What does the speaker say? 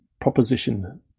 proposition